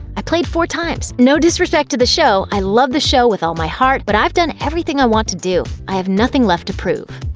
i played four times. no disrespect to the show, i love the show with all my heart, but i've done everything i want to do, i have nothing left to prove.